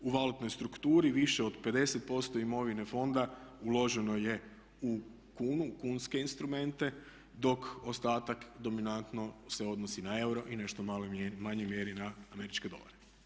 U valutnoj strukturi više od 50% imovine fonda uloženo je u kunu, kunske instrumente dok ostatak dominantno se odnosi na euro i nešto u manjoj mjeri na američke dolare.